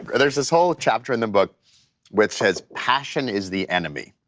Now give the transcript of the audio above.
there's this whole chapter in the book which says passion is the enemy.